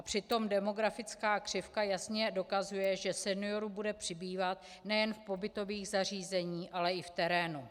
Přitom demografická křivka jasně dokazuje, že seniorů bude přibývat nejen v pobytových zařízeních, ale i v terénu.